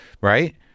right